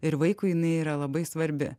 ir vaikui jinai yra labai svarbi